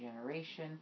generation